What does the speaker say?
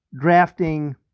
drafting